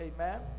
amen